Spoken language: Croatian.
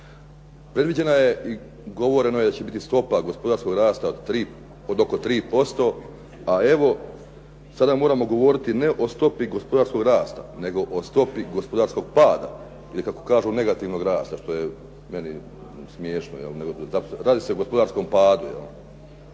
Predviđena je i govoreno je da će biti stopa gospodarskog rasta od oko 3%, a evo sada moramo govoriti ne o stopi gospodarskog rasta, nego o stopi gospodarskog pada, ili kako kažu negativnost rasta, što je meni smiješno, dakle radi se o gospodarskom padu.